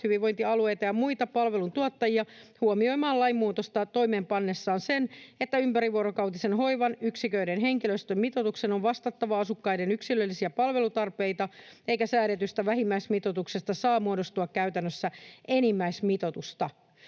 hyvinvointialueita ja muita palveluntuottajia huomioimaan lainmuutosta toimeenpannessaan sen, että ympärivuorokautisen hoivan yksiköiden henkilöstömitoituksen on vastattava asukkaiden yksilöllisiä palvelutarpeita eikä säädetystä vähimmäismitoituksesta saa muodostua käytännössä enimmäismitoitusta.